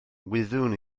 wyddwn